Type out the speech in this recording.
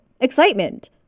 excitement